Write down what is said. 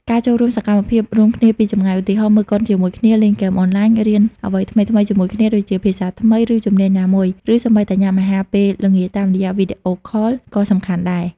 ការចូលរួមសកម្មភាពរួមគ្នាពីចម្ងាយ ឧទាហរណ៍មើលកុនជាមួយគ្នា លេងហ្គេមអនឡាញ រៀនអ្វីថ្មីៗជាមួយគ្នា ដូចជាភាសាថ្មី ឬជំនាញណាមួយ ឬសូម្បីតែញ៉ាំអាហារពេលល្ងាចតាមរយៈវីដេអូខលក៏សំខាន់ដែរ។